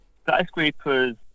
Skyscrapers